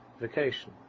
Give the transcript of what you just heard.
vacation